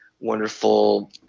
Wonderful